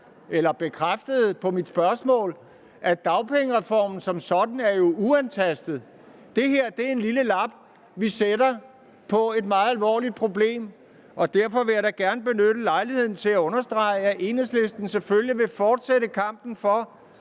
i sit svar på mit spørgsmål bekræfter, at dagpengereformen som sådan er uantastet. Det her er en lille lap, vi sætter på et meget alvorligt problem. Derfor vil jeg da gerne benytte lejligheden til at understrege, at Enhedslisten selvfølgelig vil fortsætte kampen for,